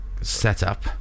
setup